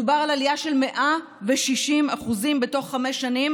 מדובר על עלייה של 160% בתוך חמש שנים